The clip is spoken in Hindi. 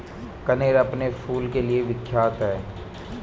कनेर अपने फूल के लिए विख्यात है